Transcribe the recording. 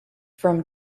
from